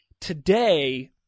Today